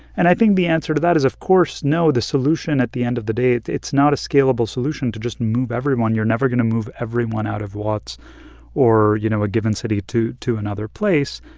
and i think the answer to that is, of course, no. the solution, at the end of the day it's it's not a scalable solution to just move everyone. you're never going to move everyone out of watts or, you know, a given city to to another place.